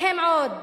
והם עוד